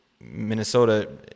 Minnesota